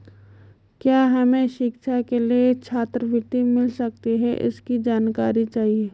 क्या हमें शिक्षा के लिए छात्रवृत्ति मिल सकती है इसकी जानकारी चाहिए?